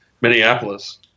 Minneapolis